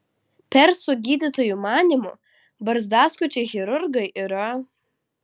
persų gydytojų manymu barzdaskučiai chirurgai yra